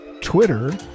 Twitter